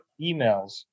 emails